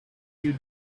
you